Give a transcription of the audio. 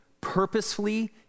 purposefully